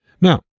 Now